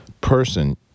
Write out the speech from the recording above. person